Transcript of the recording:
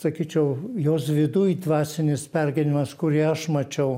sakyčiau jos viduj dvasinis pergyvenimas kurį aš mačiau